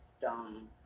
dumb